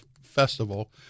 festival